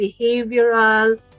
behavioral